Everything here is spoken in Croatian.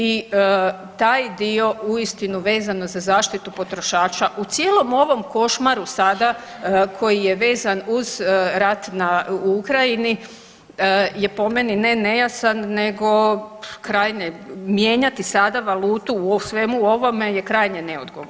I taj dio uistinu vezano za zaštitu potrošača u cijelom ovom košmaru sada koji je vezan uz rat u Ukrajini je po meni ne nejasan nego krajnje mijenjati sada valutu u svemu ovome je krajnje neodgovorno.